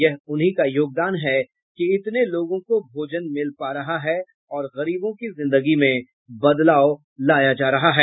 यह उन्हीं का योगदान है कि इतने लोगों को भोजन मिल पा रहा है और गरीबों की जिंदगी में बदलाव लाया जा रहा है